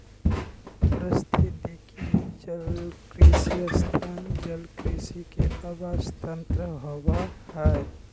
पारिस्थितिकी जलकृषि स्थान जलकृषि के आवास तंत्र होबा हइ